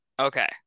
okay